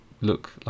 look